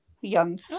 young